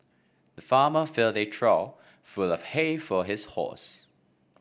the farmer filled a trough full of hay for his horse